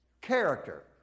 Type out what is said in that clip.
character